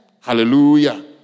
Hallelujah